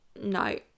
no